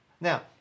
Now